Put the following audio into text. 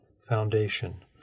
foundation